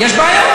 יש בעיות,